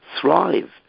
thrive